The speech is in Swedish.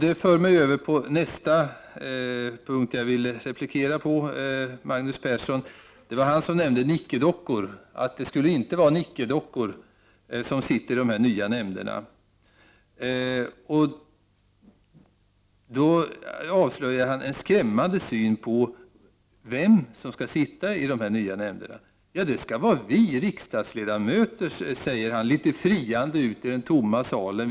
Detta för mig över till nästa punkt, där jag vill replikera på Magnus Perssons inlägg. Magnus Persson nämnde ordet nickedockor, att det inte skall vara nickedockor som sitter i de nya nämnderna. Han avslöjade därmed en skrämmande syn på vem som skall sitta i de nya nämnderna. Det skall vara vi riksdagsledamöter, sade han, litet friande ut i den tomma salen.